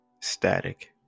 Static